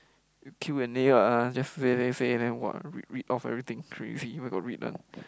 you Q and A ah just say say say then what read read off everything crazy where got read one